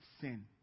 sin